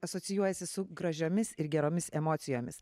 asocijuojasi su gražiomis ir geromis emocijomis